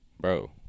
Bro